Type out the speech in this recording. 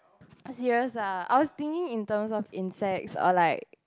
serious ah I was bitten in term of insects or like